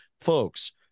Folks